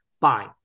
Fine